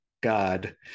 God